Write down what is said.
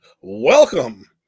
welcome